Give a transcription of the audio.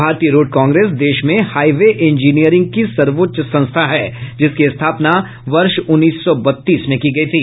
भारतीय road congress देश में हाईवे इंजीनियरिंग की सर्वोच्च संस्था है जिसकी स्थापना वर्ष उन्नीस सौ बत्तीस में की गयी थी